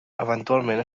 eventualment